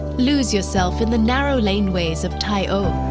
lose yourself in the narrow lane ways of tai o.